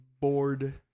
bored